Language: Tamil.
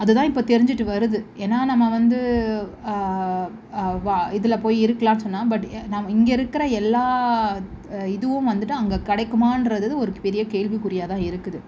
அதுதான் இப்போ தெரிஞ்சிகிட்டு வருது ஏன்னா நம்ம வந்து இதில் போய் இருக்கலாம்னு சொன்னால் பட் நம் இங்கே இருக்கிற எல்லா இதுவும் வந்துட்டு அங்கே கிடைக்குமான்றது ஒரு பெரிய கேள்விக்குறியாகதான் இருக்குது